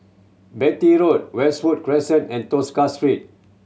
Beatty Road Westwood Crescent and Tosca Street